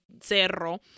cerro